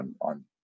on